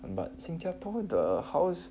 but 新加坡 the house